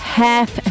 half